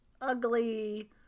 ugly